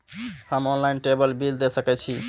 हम online table bill दे सके छी?